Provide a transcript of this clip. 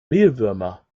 mehlwürmer